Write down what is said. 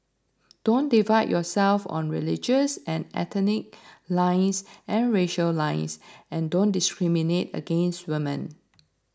don't divide yourself on religious and ethnic lines and racial lines and don't discriminate against women